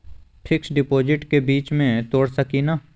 Fix डिपोजिटबा के बीच में तोड़ सकी ना?